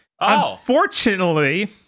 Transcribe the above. Unfortunately